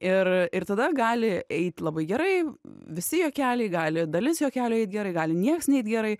ir ir tada gali eit labai gerai visi juokeliai gali dalis juokelių eit gerai gali niekas neit gerai